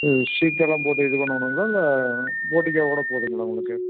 ஷீட்டெல்லாம் போட்டு இது பண்ணணும்ங்களா இல்லை போர்ட்டிகோவோட போதும்ங்களா உங்களுக்கு